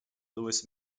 louis